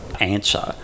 answer